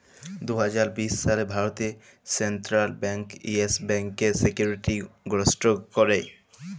দু হাজার বিশ সালে ভারতে সেলট্রাল ব্যাংক ইয়েস ব্যাংকের সিকিউরিটি গ্রস্ত ক্যরে